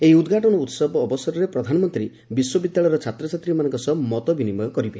ଏହି ଉଦ୍ଘାଟନ ଉତ୍ସବ ଅବସରରେ ପ୍ରଧାନମନ୍ତ୍ରୀ ବିଶ୍ୱବିଦ୍ୟାଳୟର ଛାତ୍ରଛାତ୍ରୀମାନଙ୍କ ସହ ମତ ବିନିମୟ କରିବେ